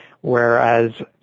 whereas